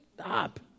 stop